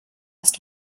ist